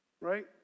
right